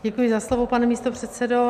Děkuji za slovo, pane místopředsedo.